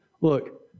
Look